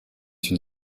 une